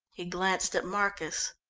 he glanced at marcus.